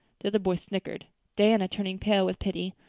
the other boys snickered. diana, turning pale with pity,